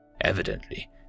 Evidently